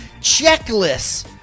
checklists